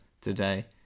today